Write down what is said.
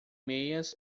meias